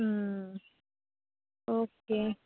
okay